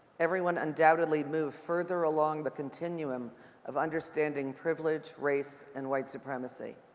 everyone undoubtedly moved further along the continuum of understanding privilege, race, and white supremacy.